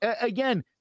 again